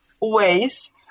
ways